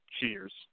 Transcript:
cheers